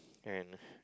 and